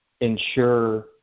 ensure